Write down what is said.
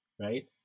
right